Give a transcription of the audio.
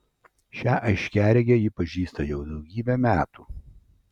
šią aiškiaregę ji pažįsta jau daugybę metų